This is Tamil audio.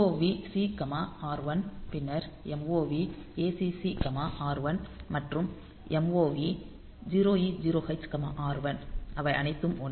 MOV C R1 பின்னர் MOV acc r1 மற்றும் MOV 0e0h r1 அவை அனைத்தும் ஒன்றே